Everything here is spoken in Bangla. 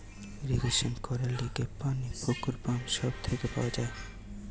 ইরিগেশন করবার লিগে পানি পুকুর, পাম্প সব থেকে পাওয়া যায়